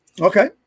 Okay